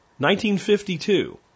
1952